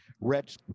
Red